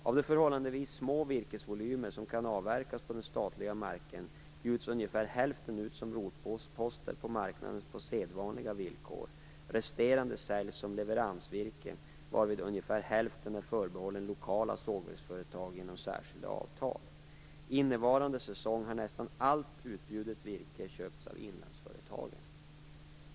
Av de förhållandevis små virkesvolymer som kan avverkas på den statliga marken bjuds ungefär hälften ut som rotposter på marknaden på sedvanliga villkor. Resterande säljs som leveransvirke, varvid ungefär hälften är förbehållen lokala sågverksföretag genom särskilda avtal. Innevarande säsong har nästan allt utbjudet virke köpts av inlandsföretagen.